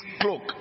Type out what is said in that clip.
cloak